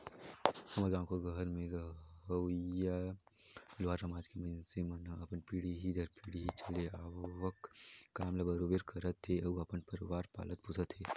हमर गाँव घर में रहोइया लोहार समाज के मइनसे मन ह अपन पीढ़ी दर पीढ़ी चले आवक काम ल बरोबर करत हे अउ अपन परवार पालत पोसत हे